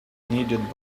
needed